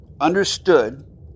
understood